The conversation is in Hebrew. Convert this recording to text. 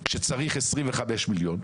כשצריך עשרים וחמישה מיליון.